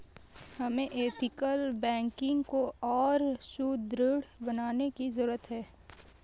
हमें ethical banking को और सुदृढ़ बनाने की जरूरत है